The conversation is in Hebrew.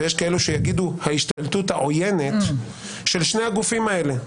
ויש כאלה שיגידו: ההשתלטות העוינת של שני הגופים האלה.